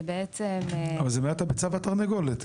ובעצם --- אז זה באמת הביצה והתרנגולת,